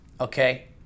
okay